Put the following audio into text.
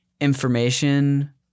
information